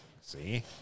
See